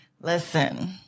Listen